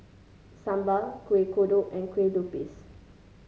sambal Kuih Kodok and Kueh Lupis